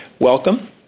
welcome